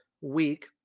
week